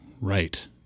right